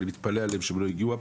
אני מתפלא על כך שהפעם הם לא הגיעו.